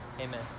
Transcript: Amen